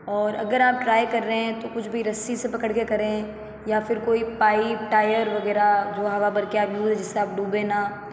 और अगर आप ट्राइ कर रहे हैं तो कुछ भी रस्सी से पकड़ के करें या फिर कोई पाइप टायर वगैरह जो हवा भरके आप जिससे आप डूबे ना